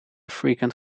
frequent